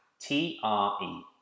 T-R-E